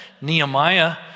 Nehemiah